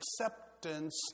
acceptance